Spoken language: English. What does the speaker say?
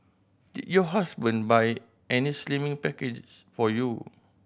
did your husband buy any slimming package for you